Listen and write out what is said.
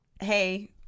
hey